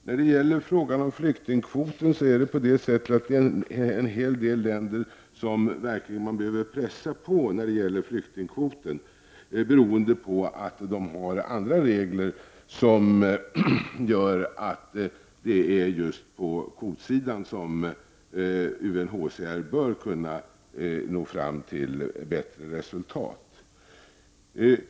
När det gäller flyktingkvoten är förhållandet det att en hel del länder verkligen behöver pressas på, beroende på att de har andra regler som gör att det är just i fråga om kvotflyktingar som UNHCR bör kunna nå fram till bättre resultat.